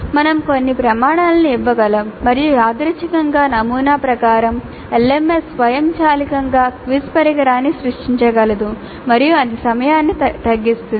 మేము కొన్ని ప్రమాణాలను ఇవ్వగలము మరియు యాదృచ్ఛికంగా నమూనా ప్రకారం LMS స్వయంచాలకంగా క్విజ్ పరికరాన్ని సృష్టించగలదు మరియు అది సమయాన్ని తగ్గిస్తుంది